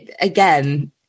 again